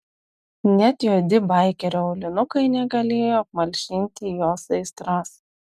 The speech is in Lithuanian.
net juodi baikerio aulinukai negalėjo apmalšinti jos aistros